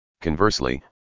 Conversely